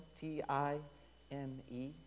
t-i-m-e